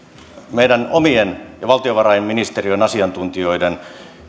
meidän omien valtiovarainministeriön asiantuntijoiden